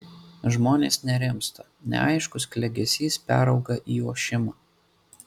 žmonės nerimsta neaiškus klegesys perauga į ošimą